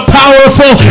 powerful